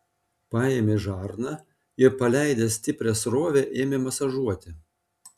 paėmė žarną ir paleidęs stiprią srovę ėmė masažuoti